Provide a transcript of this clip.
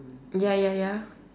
ya ya ya